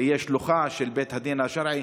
תהיה שלוחה של בית הדין השרעי,